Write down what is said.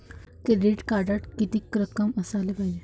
Credit कार्डात कितीक रक्कम असाले पायजे?